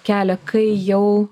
kelią kai jau